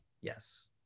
yes